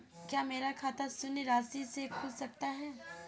क्या मेरा खाता शून्य राशि से खुल सकता है?